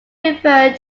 referred